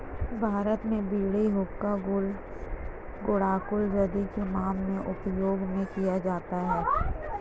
भारत में बीड़ी हुक्का गुल गुड़ाकु जर्दा किमाम में उपयोग में किया जाता है